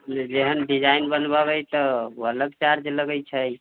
जेहन डिजाइन बनवबै तऽ ओ अलग चार्ज लगैत छै